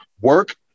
work